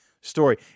story